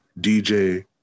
DJ